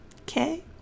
okay